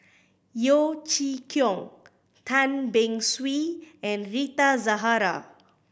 Yeo Chee Kiong Tan Beng Swee and Rita Zahara